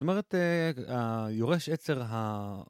זאת אומרת, היורש עצר ה...